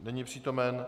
Není přítomen.